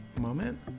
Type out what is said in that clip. moment